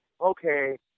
okay